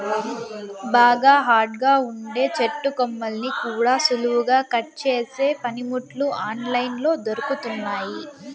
బాగా హార్డ్ గా ఉండే చెట్టు కొమ్మల్ని కూడా సులువుగా కట్ చేసే పనిముట్లు ఆన్ లైన్ లో దొరుకుతున్నయ్యి